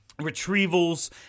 retrievals